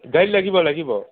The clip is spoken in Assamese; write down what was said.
গাড়ী লাগিব লাগিব